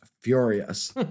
furious